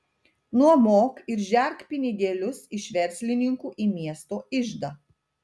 nuomok ir žerk pinigėlius iš verslininkų į miesto iždą